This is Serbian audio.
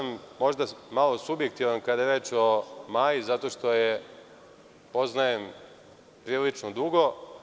Možda sam malo subjektivan kada je reč o Maji zato što je poznajem prilično dugo.